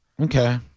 Okay